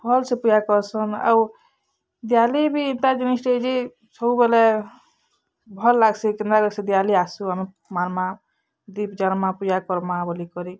ଭଲ୍ସେ ପୂଜା କର୍ସନ୍ ଆଉ ଦିଆଲି ବି ଏନ୍ତା ଜିନିଷ୍ଟେ ଯେ ସବୁବେଲେ ଭଲ୍ ଲାଗ୍ସି କେନ୍ତା କରି ସେ ଦିଆଲି ଆସୁ ଆମେ ମାନ୍ମା ଦୀପ ଜାଲ୍ମା ପୂଜା କର୍ମା ବଲିକରି